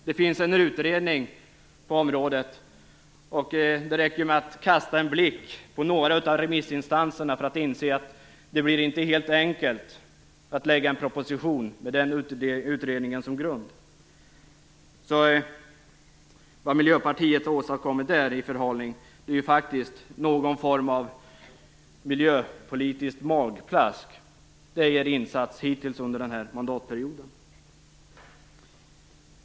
Det finns en utredning på detta område, och det räcker med att kasta en blick på några av remissinstanserna för att inse att det inte blir helt enkelt att lägga fram en proposition med denna utredning som grund. Vad Miljöpartiet har åstadkommit med sin förhalning är faktiskt någon form av miljöpolitiskt magplask. Det är er insats hittills under den här mandatperioden.